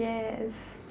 yes